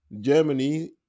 Germany